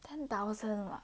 ten thousand ah